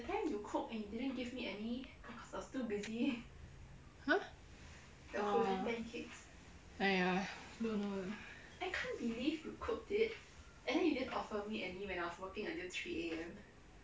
!huh! orh !aiya! don't know lah